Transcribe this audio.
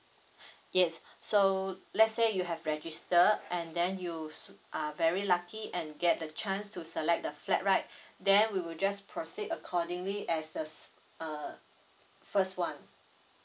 yes so let's say you have registered and then you s~ are very lucky and get the chance to select the flat right then we will just proceed accordingly as the s~ uh first one